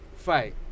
fight